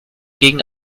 gegen